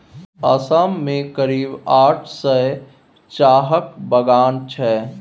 असम मे करीब आठ सय चाहक बगान छै